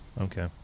Okay